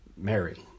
Mary